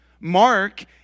Mark